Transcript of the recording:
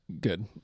good